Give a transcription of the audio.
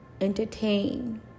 entertain